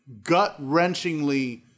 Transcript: gut-wrenchingly